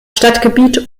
stadtgebiet